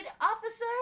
officer